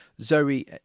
Zoe